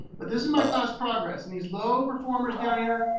but this is my class progress. and these low performers down here,